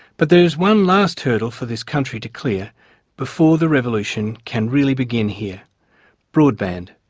but there is one last hurdle for this country to clear before the revolution can really begin here broadband.